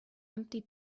empty